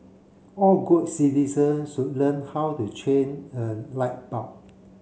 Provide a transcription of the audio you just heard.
all good citizen should learn how to change a light bulb